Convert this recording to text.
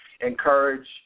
encourage